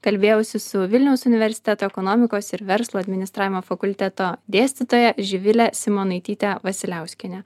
kalbėjausi su vilniaus universiteto ekonomikos ir verslo administravimo fakulteto dėstytoja živile simonaityte vasiliauskiene